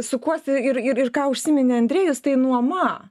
sukuosi ir ir ir ką užsiminė andrejus tai nuoma